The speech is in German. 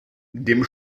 dem